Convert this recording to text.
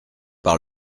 par